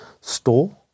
store